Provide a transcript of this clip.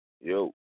Yo